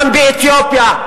גם באתיופיה,